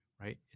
right